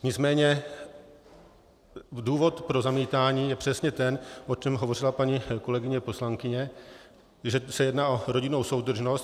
Nicméně důvod pro zamítání je přesně ten, o čem hovořila paní kolegyně poslankyně, že se jedná o rodinnou soudržnost.